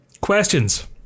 Questions